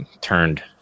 turned